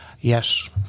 Yes